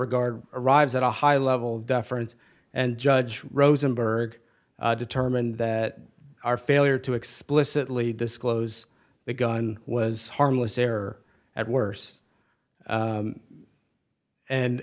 regard arrives at a high level of deference and judge rosenberg determined that our failure to explicitly disclose the gun was harmless error at worse